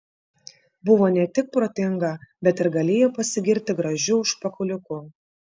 buvo ne tik protinga bet ir galėjo pasigirti gražiu užpakaliuku